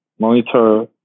Monitor